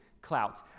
clout